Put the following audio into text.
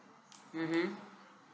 mmhmm